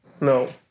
No